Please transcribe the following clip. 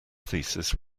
thesis